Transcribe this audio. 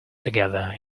together